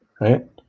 right